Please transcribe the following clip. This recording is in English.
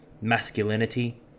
masculinity